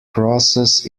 crosses